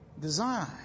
design